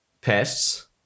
pests